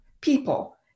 people